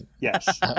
Yes